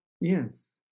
Yes